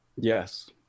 Yes